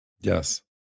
Yes